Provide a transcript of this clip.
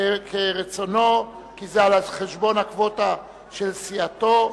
כרצונו, כי זה על-חשבון הקווטה של סיעתו.